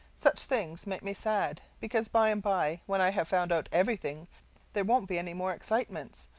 such things make me sad because by and by when i have found out everything there won't be any more excitements,